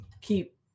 keep